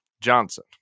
Johnson